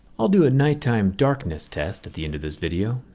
i'll do a nighttime darkness test at the end of this video,